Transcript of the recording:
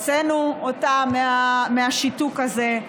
הוצאנו אותה מהשיתוק הזה,